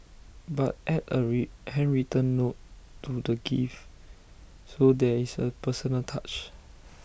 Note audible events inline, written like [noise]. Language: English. but add A [unintelligible] handwritten note to the gift so there is A personal touch